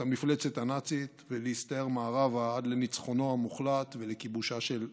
המפלצת הנאצית ולהסתער מערבה עד לניצחונו המוחלט ולכיבושה של ברלין.